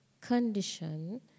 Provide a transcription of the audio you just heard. condition